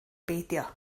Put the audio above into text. beidio